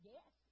Yes